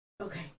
Okay